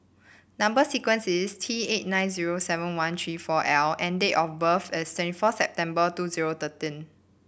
number sequence is T eight nine zero seven one three four L and date of birth is twenty four September two zero thirteen